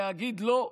להגיד: לא,